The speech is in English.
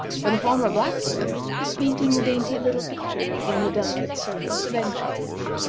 where the former blacksmith was painting dainty little pictures on the delicate surface of egg-shells.